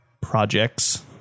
projects